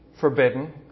forbidden